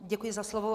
Děkuji za slovo.